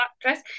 dress